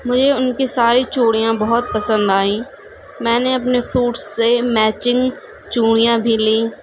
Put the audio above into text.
مجھے ان کی ساری چوڑیاں بہت پسند آئیں میں نے اپنے سوٹ سے میچنگ چوڑیاں بھی لیں